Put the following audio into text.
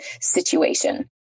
situation